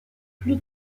plus